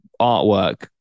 artwork